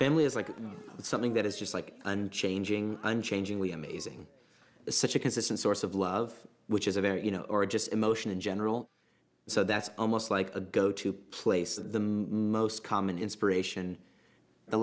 family is like something that is just like unchanging unchanging we amazing such a consistent source of love which is a very you know or a just emotion in general so that's almost like a go to place the most common inspiration the